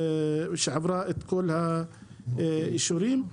שעברה את כל האישורים.